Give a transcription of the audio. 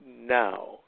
now